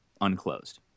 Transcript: unclosed